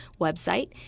website